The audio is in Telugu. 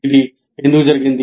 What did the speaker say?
అది ఎందుకు జరిగింది